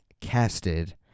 casted